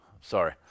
Sorry